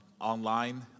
online